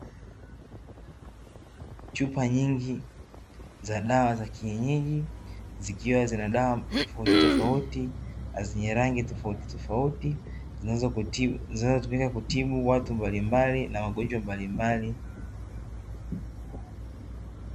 Chupa nyingi za dawa za kienyeji, zikiwa zina dawa tofautitofauti na zenye rangi tofautitofauti, zinazotumika kutibu watu mbalimbali na wagonjwa mbalimbali.